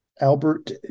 Albert